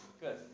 Good